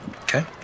Okay